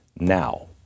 now